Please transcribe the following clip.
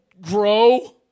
grow